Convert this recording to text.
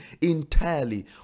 entirely